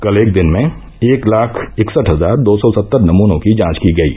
कल एक दिन में एक लाख इकसठ हजार दो सौ सत्तर नमनों की जांच की गयी